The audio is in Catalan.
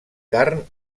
carn